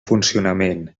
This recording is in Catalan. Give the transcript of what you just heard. funcionament